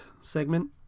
segment